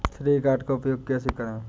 श्रेय कार्ड का उपयोग कैसे करें?